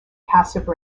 passive